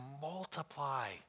multiply